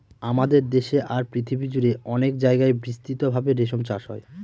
আমাদের দেশে আর পৃথিবী জুড়ে অনেক জায়গায় বিস্তৃত ভাবে রেশম চাষ হয়